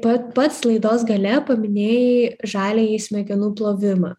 pa pats laidos gale paminėjai žaliąjį smegenų plovimą